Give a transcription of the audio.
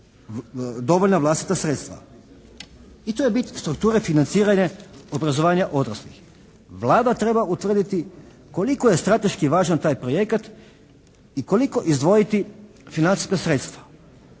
dovoljna vlastita sredstva. I to je bit strukture financiranja obrazovanja odraslih. Vlada treba utvrditi koliko je strateški važan taj projekat i koliko izdvojiti financijska sredstva.